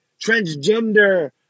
transgender